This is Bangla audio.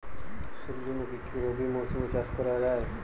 সুর্যমুখী কি রবি মরশুমে চাষ করা যায়?